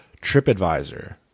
TripAdvisor